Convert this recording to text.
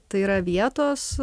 tai yra vietos